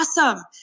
awesome